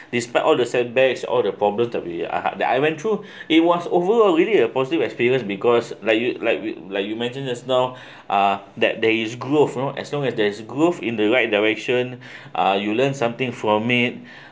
despite all the sandbags all the problems to be that I went through it was overall really a positive experience because like you like you like you mentioned just now uh that there's growth you know as long as there's growth in the right direction uh you learn something from it